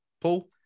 Paul